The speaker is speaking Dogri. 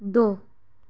दो